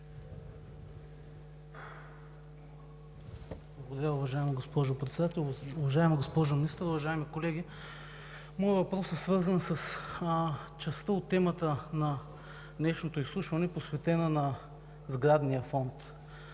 Благодаря, уважаема госпожо Председател. Уважаема госпожо Министър, уважаеми колеги, моят въпрос е свързан с частта от темата на днешното изслушване, посветена на сградния фонд